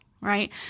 right